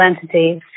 entities